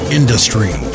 industry